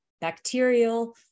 bacterial